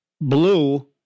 Blue